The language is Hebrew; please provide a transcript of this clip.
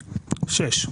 (6)